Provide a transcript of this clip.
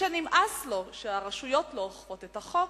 שנמאס לו שהרשויות לא אוכפות את החוק,